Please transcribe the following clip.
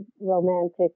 romantic